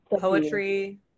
Poetry